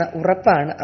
Urapan